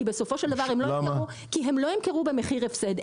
בסופו של דבר הם לא --- כי הם לא ימכרו במחיר הפסד.